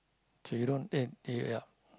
so you don't